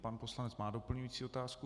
Pan poslanec má doplňující otázku.